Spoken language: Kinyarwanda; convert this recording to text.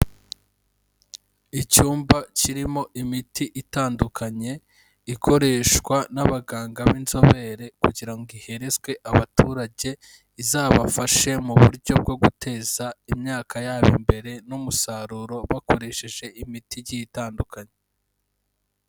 Icyumba kirimo imiti itandukanye ikoreshwa n'abaganga b'inzobere kugira ngo iherezwe abaturage, izabafashe mu buryo bwo guteza imyaka yabo imbere n'umusaruro bakoresheje imiti igiye itandukanye.